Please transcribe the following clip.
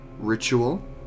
ritual